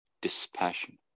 dispassion